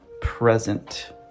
present